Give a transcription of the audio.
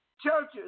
churches